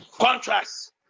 Contrast